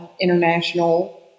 international